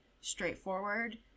straightforward